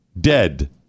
dead